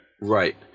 Right